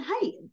hey